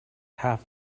half